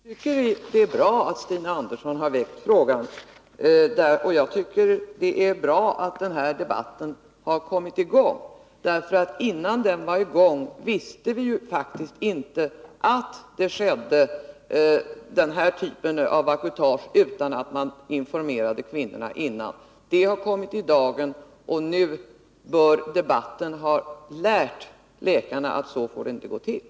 Fru talman! Jag tycker det är bra att Stina Andersson har väckt frågan. Och jag tycker det är bra att den här debatten har kommit i gång, därför att innan den var i gång visste vi faktiskt inte att den här typen av vacutage skedde utan att man informerade kvinnorna före ingreppet. Nu har det kommit i dagen. Debatten bör ha lärt läkarna att så här får det inte gå till.